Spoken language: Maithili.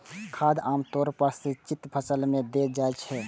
खाद आम तौर पर सिंचित फसल मे देल जाइत छै